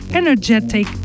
energetic